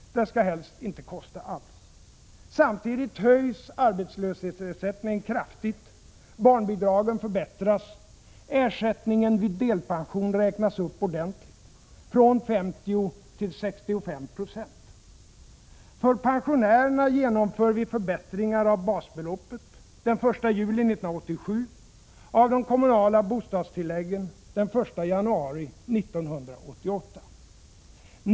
Det skall helst inte kosta alls. Samtidigt höjs arbetslöshetsersättningen kraftigt. Barnbidragen förbättras. Ersättningen vid delpension räknas upp ordentligt — från 50 till 65 96. För pensionärerna genomför vi förbättringar av basbeloppet den 1 juli 1987 och av de kommunala bostadstilläggen den 1 januari 1988.